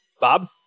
Bob